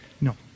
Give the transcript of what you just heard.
No